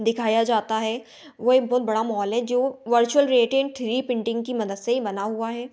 दिखाया जाता है वो एक बहुत बड़ा मौल है जो वर्चुअल रिएटेन्ट थ्री प्रिंटिंग की मदद से ही बना हुआ है